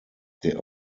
der